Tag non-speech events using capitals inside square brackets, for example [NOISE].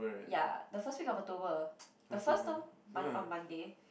ya the first week of October the first [NOISE] on Monday